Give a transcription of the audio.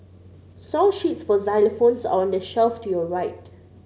song sheets for xylophones are on the shelf to your right